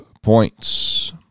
points